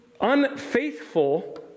unfaithful